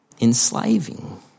enslaving